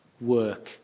work